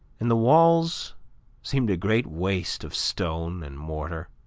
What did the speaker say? and the walls seemed a great waste of stone and mortar.